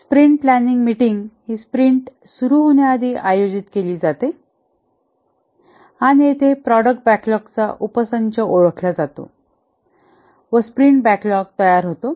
sprint planning meeting हि sprint सुरू होण्याआधी आयोजित केली जाते आणि येथे प्रॉडक्ट बॅकलॉगचा उपसंच ओळखला जातो व स्प्रिंट बॅकलॉग तयार होतो